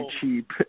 cheap